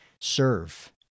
Serve